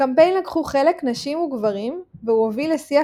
בקמפיין לקחו חלק נשים וגברים והוא הוביל לשיח